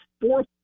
fourth